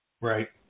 Right